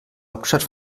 hauptstadt